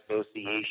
association